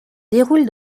déroule